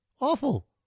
Awful